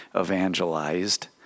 evangelized